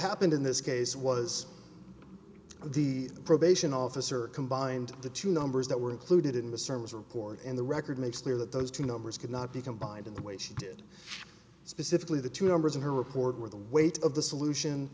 happened in this case was the probation officer combined the two numbers that were included in the service record in the record makes clear that those two numbers could not be combined in the way she did specifically the two numbers in her report where the weight of the solution